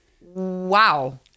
Wow